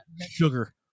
sugar